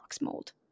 mold